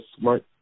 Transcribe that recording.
smart